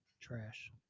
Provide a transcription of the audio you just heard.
Trash